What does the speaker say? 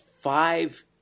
five